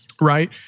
right